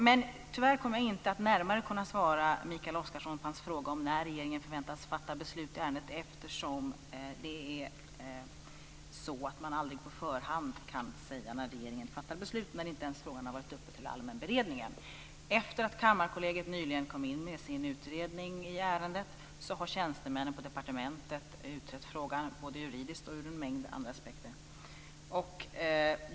Men tyvärr kommer jag inte att närmare kunna svara Mikael Oscarsson på hans fråga om när regeringen kan väntas fatta beslut i ärendet, eftersom man aldrig på förhand kan säga när regeringen fattar beslut när frågan inte ens har varit uppe till allmän beredning än. Efter det att Kammarkollegiet nyligen kom in med sin utredning i ärendet, har tjänstemännen på departementet utrett frågan både juridiskt och ur en mängd andra aspekter.